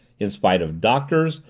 in spite of doctors,